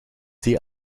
die